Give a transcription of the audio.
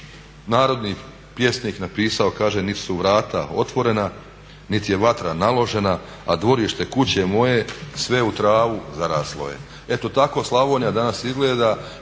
narodni pjesnik napisao, kaže "Nit su vrata otvorena nit je vatra naložena, a dvorište kuće moje sve u travu zaraslo je". Eto tako Slavonija danas izgleda